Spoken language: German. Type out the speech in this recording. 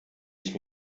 ich